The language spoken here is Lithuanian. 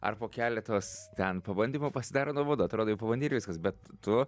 ar po keletos ten pabandymo pasidaro nuobodu atrodo jau pabandei ir viskas bet tu